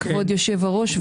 כבוד יושב-הראש,